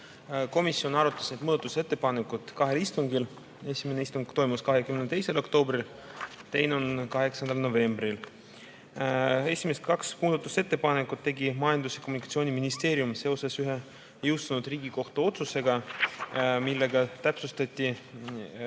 Komisjon arutas neid muudatusettepanekuid kahel istungil, esimene istung toimus 22. oktoobril, teine 8. novembril. Esimesed kaks muudatusettepanekut tegi Majandus‑ ja Kommunikatsiooniministeerium seoses ühe jõustunud Riigikohtu otsusega, millega täpsustati